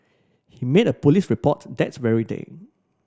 he made a police report that very day